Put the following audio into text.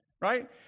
right